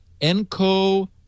Enco